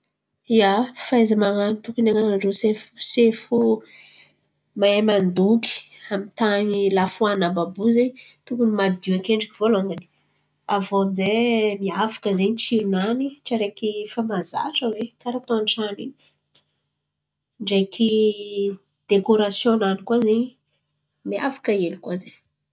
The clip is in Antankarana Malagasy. Ia, fahaiza-man̈ano tokony anan̈an-drô sefo mahay mandoky amy tany lafo haniny àby àby io zen̈y. Tokony madio akendriky volongany aviô amizay miavaka ze tsirony tsy araiky mahazatra hoe karà atô an-trano iny ndraiky dekorasion-nany koa miavaka hely koa zen̈y.